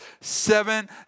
seven